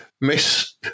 Miss